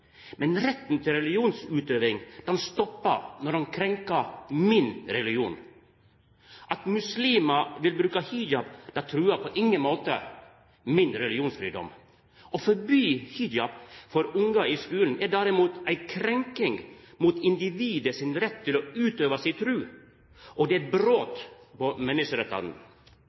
Men retten til religionsutøving stoppar når han krenkjer min religion. At muslimar vil bruke hijab, truar på ingen måte min religionsfridom. Å forby hijab for born i skulen er derimot ei krenking av individets rett til å utøve si tru, og det er eit brot på